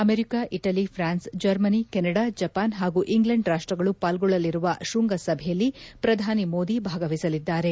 America Italy France Germany Canada Japan ಹಾಗೂ England ರಾಷ್ಟ್ಗಳು ಪಾಲ್ಗೊಳ್ಳಲಿರುವ ಶೃಂಗ ಸಭೆಯಲ್ಲಿ ಪ್ರಧಾನಿ ಮೋದಿ ಭಾಗವಹಿಸಲಿದ್ದಾರೆ